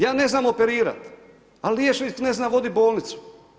Ja ne znam operirat, a liječnik ne zna vodit bolnicu.